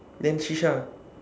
then seesha